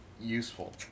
useful